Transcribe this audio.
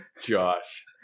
Josh